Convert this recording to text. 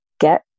get